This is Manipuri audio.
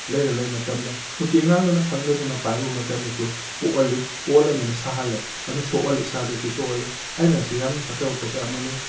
ꯂꯩꯔ ꯂꯩꯕ ꯃꯇꯝꯗ ꯅꯨꯄꯤ ꯑꯉꯥꯡꯗꯨꯅ ꯈꯪꯗꯗꯨꯅ ꯄꯥꯏꯔꯨꯕ ꯃꯇꯝꯗꯁꯨ ꯄꯣꯛꯍꯜꯂꯤ ꯄꯣꯛꯍꯜꯂꯃꯤꯅ ꯁꯥꯍꯜꯂꯦ ꯑꯗꯨꯅ ꯁꯣꯛꯍꯜꯂꯦ ꯏꯁꯥꯗꯁꯨ ꯁꯣꯛꯍꯜꯂꯦ ꯑꯥꯏꯔꯟ ꯑꯁꯤ ꯌꯥꯝꯅ ꯐꯠꯇꯕ ꯄꯣꯠꯁꯛ ꯑꯃꯅꯤ